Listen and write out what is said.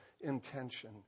intention